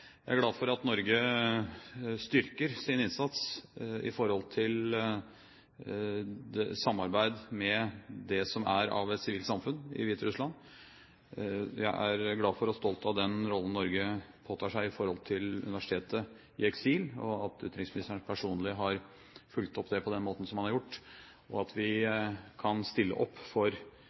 Jeg er glad for at Norge styrker sin innsats når det gjelder samarbeid med det som er av sivilt samfunn i Hviterussland. Jeg er glad for og stolt av den rollen Norge påtar seg i forhold til universitetet i eksil. At utenriksministeren personlig har fulgt opp det på den måten han har gjort, og at vi kan stille opp for